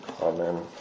Amen